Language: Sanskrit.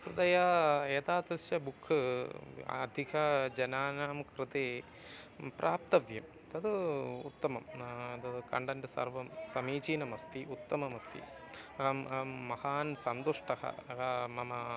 वस्तुतः एतादृश बुक् अधिकजनानां कृते प्राप्तव्यं तत् उत्तमं तत् कण्टेण्ट् सर्वं समीचीनमस्ति उत्तममस्ति महान् सन्तुष्टः अहं मम